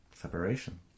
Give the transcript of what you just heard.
separation